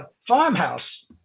farmhouse